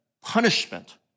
punishment